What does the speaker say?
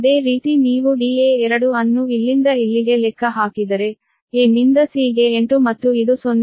ಅದೇ ರೀತಿ ನೀವು Da2 ಅನ್ನು ಇಲ್ಲಿಂದ ಇಲ್ಲಿಗೆ ಲೆಕ್ಕ ಹಾಕಿದರೆ a ನಿಂದ c ಗೆ 8 ಮತ್ತು ಇದು 0